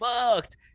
fucked